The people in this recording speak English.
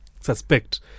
suspect